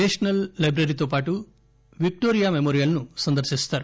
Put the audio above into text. national లైబ్రరీతోపాటు Victoria Memorial ను సందర్శిస్తారు